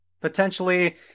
potentially